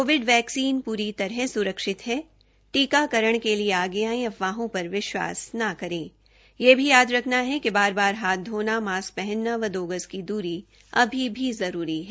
Covid vaccine पूरी तरह सुरक्षित है टीकाकरण के लिए आगे आएं अफवाहों पर विश्वा स न करे यह भी याद रखना है कि बार बार हाथ धोना मास्की पहनना व दो गज की दूरी अभी भी जरूरी है